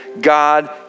God